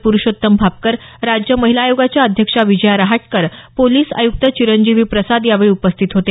प्रूषोत्तम भापकर राज्य महिला आयोगाच्या अध्यक्ष विजया राहटकर पोलीस आयुकुत चिरंजीवी प्रसाद यावेळी उपस्थित होते